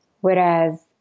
whereas